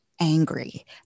angry